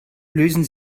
lösen